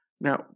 Now